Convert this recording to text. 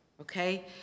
okay